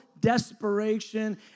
desperation